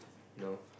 know